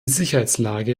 sicherheitslage